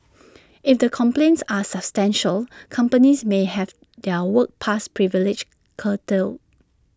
if the complaints are substantiated companies may have their work pass privileges curtailed